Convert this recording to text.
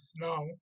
now